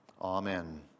Amen